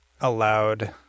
allowed